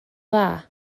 dda